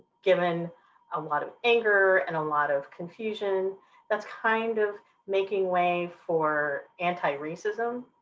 given a lot of anger and a lot of confusion that's kind of making way for anti-racism,